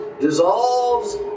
dissolves